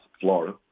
Florida